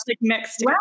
mixed